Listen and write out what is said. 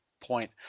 point